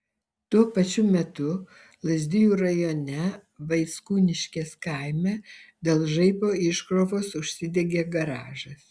tuo pačiu metu lazdijų rajone vaickūniškės kaime dėl žaibo iškrovos užsidegė garažas